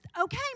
Okay